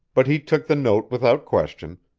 but he took the note without question,